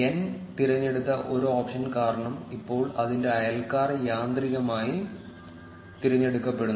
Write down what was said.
N തിരഞ്ഞെടുത്ത ഒരു option കാരണം ഇപ്പോൾ അതിന്റെ അയൽക്കാർ യാന്ത്രികമായി തിരഞ്ഞെടുക്കപ്പെടുന്നു